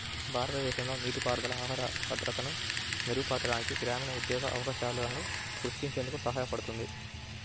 భారతదేశంలో నీటిపారుదల ఆహార భద్రతను మెరుగుపరచడానికి, గ్రామీణ ఉద్యోగ అవకాశాలను సృష్టించేందుకు సహాయపడుతుంది